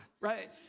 right